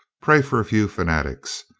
pray for a few fanatics.